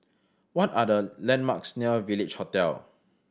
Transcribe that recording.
what are the landmarks near Village Hotel